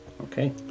okay